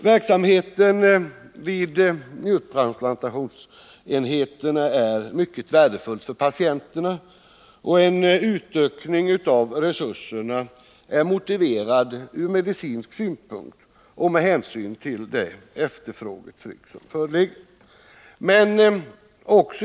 Verksamheten vid njurtransplantationsenheterna är mycket värdefull för patienterna. En utökning av resurserna är motiverad både ur medicinsk synpunkt och med hänsyn till det efterfrågetryck som föreligger.